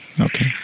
Okay